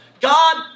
God